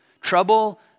trouble